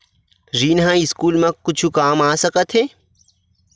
ऋण ह स्कूल मा कुछु काम आ सकत हे?